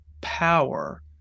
power